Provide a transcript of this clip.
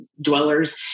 dwellers